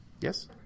Yes